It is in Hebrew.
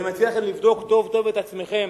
אני מציע לכם לבדוק טוב-טוב את עצמכם,